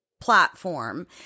platform